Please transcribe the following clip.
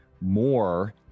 more